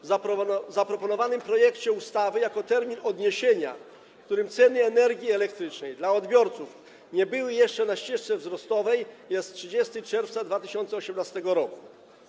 W zaproponowanym projekcie ustawy terminem odniesienia, w którym ceny energii elektrycznej dla odbiorców nie były jeszcze na ścieżce wzrostowej, jest 30 czerwca 2018 r.